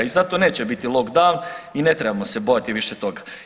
I zato neće biti lockdown i ne trebamo se bojati više toga.